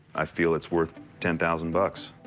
i feel it's worth ten thousand bucks.